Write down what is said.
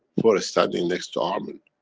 for ah standing next to armen.